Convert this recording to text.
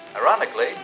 Ironically